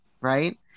right